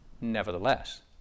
Nevertheless